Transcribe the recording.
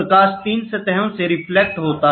प्रकाश 3 सतहों से रिफ्लेक्ट होता है